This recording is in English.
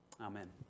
Amen